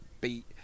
beat